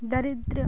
ଦରିଦ୍ର୍ୟ